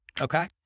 Okay